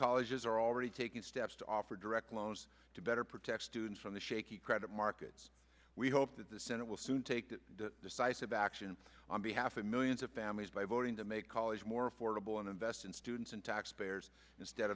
colleges are already taking steps to offer direct loans to better protect students from the shaky credit markets we hope that the senate will soon take the decisive action on behalf of millions of families by voting to make college more affordable and invest in students and taxpayers instead